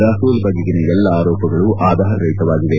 Rafale ಬಗೆಗಿನ ಎಲ್ಲ ಆರೋಪಗಳು ಆಧಾರರಹಿತವಾಗಿವೆ